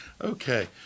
Okay